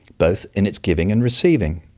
both in its giving and receiving.